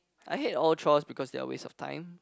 I hate all chores because they are waste of time